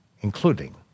including